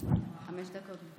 חמש דקות,